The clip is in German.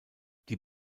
die